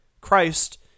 Christ